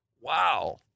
wow